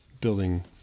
building